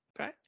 okay